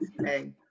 hey